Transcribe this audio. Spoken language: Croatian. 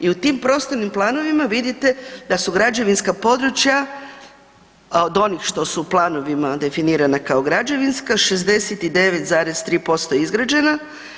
I u tim prostornim planovima vidite da su građevinska područja od onih što su planovima definirana kao građevinska 69,3% izgrađena.